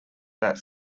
that